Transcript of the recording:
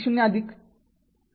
५ ० आहे